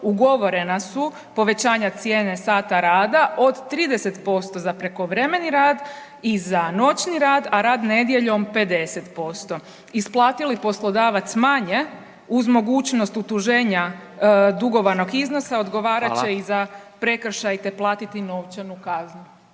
ugovorena su povećanja cijene sata rada od 30% za prekovremeni rad i za noćni rad, a rad nedjeljom 50%. Isplati li poslodavac manje uz mogućnost utuženja dugovanog iznosa odgovarat će i za prekršaj, te platiti novčanu kaznu.